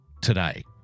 today